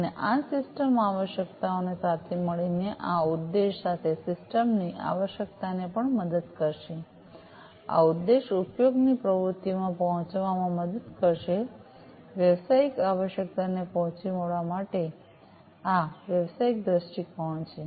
અને આ સિસ્ટમ આવશ્યકતાઓને સાથે મળીને આ ઉદ્દેશ્ય સાથે સિસ્ટમ ની આવશ્યકતાને પણ મદદ કરશે આ ઉદ્દેશ ઉપયોગની પ્રવૃત્તિઓમાં પહોંચવામાં મદદ કરશે વ્યવસાયિક આવશ્યકતાઓને પહોંચી વળવા માટે આ વ્યવસાયિક દ્રષ્ટિકોણ છે